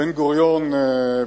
בן-גוריון מציין,